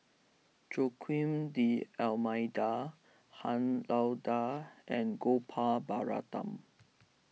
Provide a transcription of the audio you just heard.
Joaquim D'Almeida Han Lao Da and Gopal Baratham